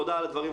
תודה על הדברים,